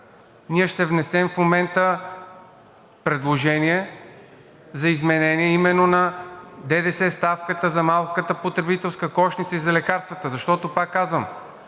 ние ще внесем в момента предложение за изменение именно на ДДС ставката за малката потребителска кошница и за лекарствата. Защото пак казвам: